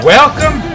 welcome